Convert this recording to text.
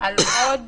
על עוד